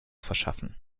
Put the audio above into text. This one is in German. verschaffen